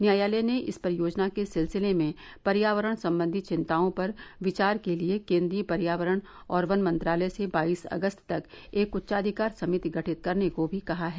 न्यायालय ने इस परियोजना के सिलसिले में पर्यावरण संबंधी चिंताओं पर विचार के लिए केंद्रीय पर्यावरण और वन मंत्रालय से बाईस अगस्त तक एक उच्चाधिकार समिति गठित करने को भी कहा है